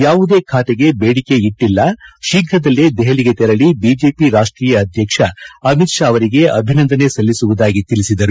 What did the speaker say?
ಯಾವುದೇ ಬಾತೆಗೆ ಬೇಡಿಕೆ ಇಟ್ಟಿಲ್ಲ ಶೀಘ್ರದಲ್ಲೇ ದೆಹಲಿಗೆ ತೆರಳಿ ಬಿಜೆಪಿ ರಾಷ್ಟೀಯ ಅಧ್ಯಕ್ಷ ಅಮಿತ್ ಷಾ ಅವರಿಗೆ ಅಭಿನಂದನೆ ಸಲ್ಲಿಸುವುದಾಗಿ ತಿಳಿಸಿದರು